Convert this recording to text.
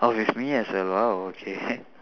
oh with me as well okay